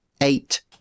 eight